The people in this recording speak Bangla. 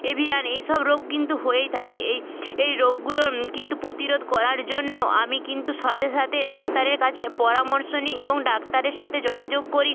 এভিয়ান এইসব রোগ কিন্তু হয়েই থাকে এই এই রোগগুলো কিন্তু প্রতিরোধ করার জন্য আমি কিন্তু সাথে সাথে ডাক্তারের কাছে পরামর্শ নিই এবং ডাক্তারের সাথে যোগাযোগ করি